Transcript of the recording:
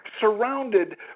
surrounded